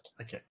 Okay